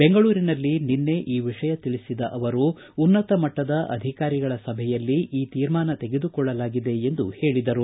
ಬೆಂಗಳೂರಿನಲ್ಲಿ ನಿನ್ನೆ ಈ ವಿಷಯ ತಿಳಿಸಿದ ಅವರು ಉನ್ನತಮಟ್ಟದ ಅಧಿಕಾರಿಗಳ ಸಭೆಯಲ್ಲಿ ಈ ತೀರ್ಮಾನ ತೆಗೆದುಕೊಳ್ಳಲಾಗಿದೆ ಎಂದು ತಿಳಿಸಿದರು